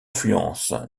influence